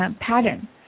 pattern